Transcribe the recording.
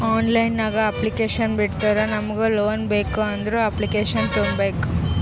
online ನಾಗ್ application ಬಿಡ್ತಾರಾ ನಮುಗ್ ಲೋನ್ ಬೇಕ್ ಅಂದುರ್ ಅಪ್ಲಿಕೇಶನ್ ತುಂಬೇಕ್